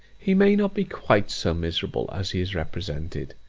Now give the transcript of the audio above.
he may not be quite so miserable as he is represented.